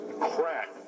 crack